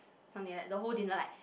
something like that the whole dinner like